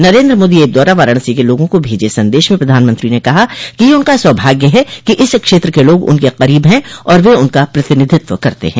Narendra Modi app द्वारा वाराणसी के लोगों को भेजे संदेश में प्रधानमत्री ने कहा कि यह उनका सौभाग्य है कि इस क्षेत्र के लोग उनके करीब हैं और वे उनका प्रतिनिधित्व करते हैं